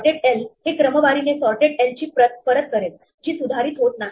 sorted l हे क्रमवारीने sorted l ची प्रत परत करेल जी सुधारित होत नाही